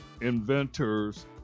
inventors